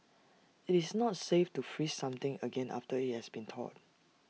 it's not safe to freeze something again after IT has been thawed